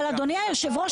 אבל אדוני יושב הראש,